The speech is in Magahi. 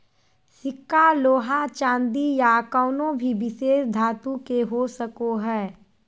सिक्का लोहा चांदी या कउनो भी विशेष धातु के हो सको हय